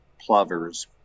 plovers